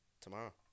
tomorrow